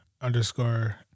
underscore